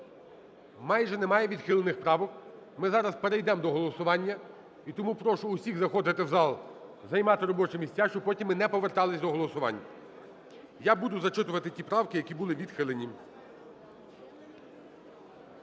майже немає відхилених правок. Ми зараз перейдемо до голосування. І тому прошу всіх заходити в зал, займати робочі місця, щоб потім ми не повертались до голосувань. Я буду зачитувати ті правки, які були відхилені.